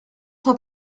cent